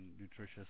nutritious